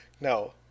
No